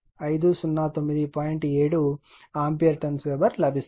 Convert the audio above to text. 7 ampere turns weber లభిస్తుంది